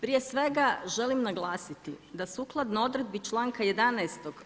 Prije svega želim naglasiti da sukladno odredbi članka 11.